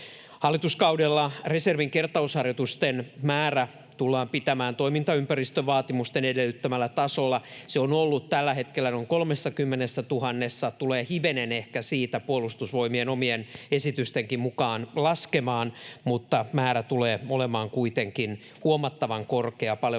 Hallituskaudella reservin kertausharjoitusten määrä tullaan pitämään toimintaympäristövaatimusten edellyttämällä tasolla. Se on ollut tällä hetkellä noin 30 000:ssa ja tulee ehkä hivenen siitä laskemaan Puolustusvoimien omien esitystenkin mukaan, mutta määrä tulee olemaan kuitenkin huomattavan korkea, paljon